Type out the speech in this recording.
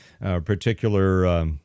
particular